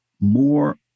more